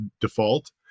default